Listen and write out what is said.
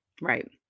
right